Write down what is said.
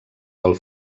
del